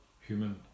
human